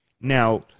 now